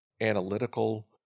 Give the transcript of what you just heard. analytical